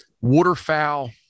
waterfowl